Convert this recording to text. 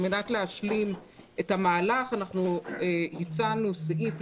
על מנת להשלים את המהלך הצענו סעיף,